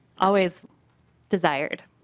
always desired.